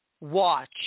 watch